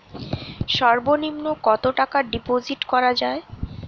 সর্ব নিম্ন কতটাকা ডিপোজিট করা য়ায়?